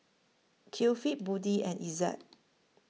Kefli Budi and Izzat